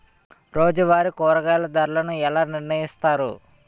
రోజువారి కూరగాయల ధరలను ఎలా నిర్ణయిస్తారు?